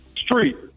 Street